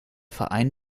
verein